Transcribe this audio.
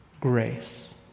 grace